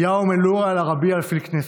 (חוזר על דבריו בערבית.)